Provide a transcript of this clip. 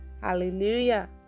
hallelujah